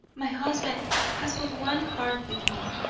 my husband has but one heart with me.